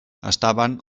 estaven